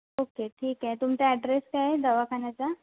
okay ठीक आहे तुमचा ॲड्रेस काय आहे दवाखान्याचा